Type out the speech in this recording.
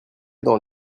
dans